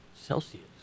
Celsius